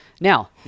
Now